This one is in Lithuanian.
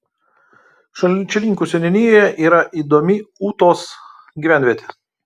šalčininkų seniūnijoje yra įdomi ūtos gyvenvietė